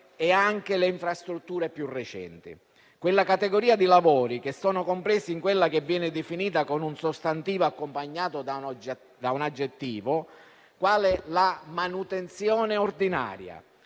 e anche le infrastrutture più recenti; si tratta della categoria di lavori compresi in quella che viene definita, con un sostantivo accompagnato da un aggettivo, come manutenzione ordinaria.